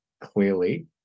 clearly